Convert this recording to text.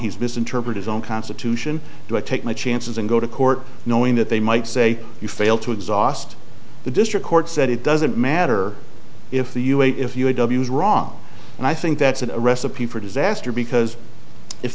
he's misinterpret his own constitution do i take my chances and go to court knowing that they might say you failed to exhaust the district court said it doesn't matter if the u a e if you don't use wrong and i think that's a recipe for disaster because if